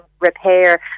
repair